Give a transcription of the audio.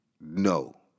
No